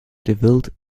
devilled